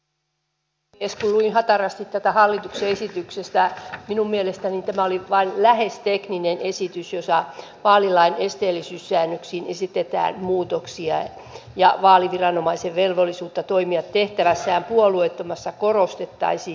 kun luin hatarasti tätä hallituksen esitystä minun mielestäni tämä oli vain lähes tekninen esitys jossa vaalilain esteellisyyssäännöksiin esitetään muutoksia ja vaaliviranomaisen velvollisuutta toimia tehtävässään puolueettomana korostettaisiin